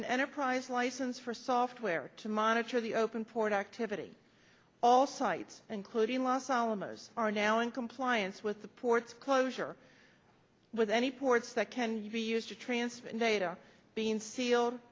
an enterprise license for software to monitor the open port activity all sites including los alamos are now in compliance with the port closure with any ports that can be used to transfer data being sealed